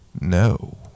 No